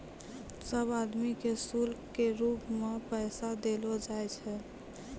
सब आदमी के शुल्क के रूप मे पैसा देलो जाय छै